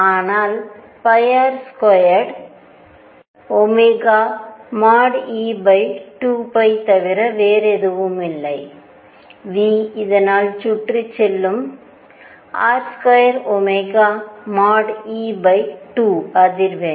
ஆனால் R2e2π தவிர எதுவும் இல்லை இதனால் சுற்றி செல்லும் R2e2அதிர்வெண்